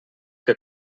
que